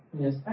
Yes